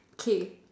okay